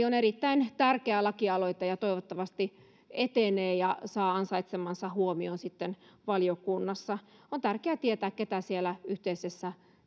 on erittäin tärkeä lakialoite joka toivottavasti etenee ja saa ansaitsemansa huomion sitten valiokunnassa on tärkeä tietää keitä siellä yhteisessä